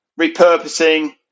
repurposing